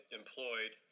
employed